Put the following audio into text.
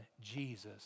Jesus